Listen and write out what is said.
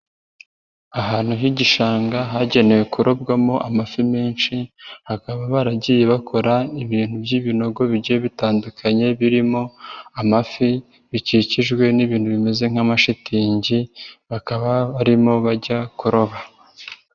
Ahantu h'igishanga hagenewe kurobwamo amafi menshi, hakaba baragiye bakora ibintu by'ibinogo bigiye bitandukanye birimo amafi, bikikijwe n'ibintu bimeze nk'amashitingi, bakaba barimo bajya kuroba.